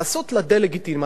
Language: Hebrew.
לעשות לה דה-לגיטימציה.